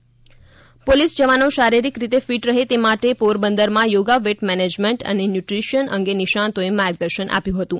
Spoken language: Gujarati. યોગા પોલીસ પોલીસ જવાનો શારિરીક રીતે ફિટ રહે તે માટે પોરબંદરમાં યોગા વેટ મેનેજમેન્ટ અને ન્યુટ્રિશિયન અંગે નિષ્ણાતોએ માર્ગદર્શન આપ્યું હતું